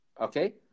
Okay